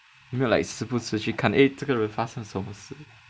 没有 like 时不时去看 eh 这个人发生什么事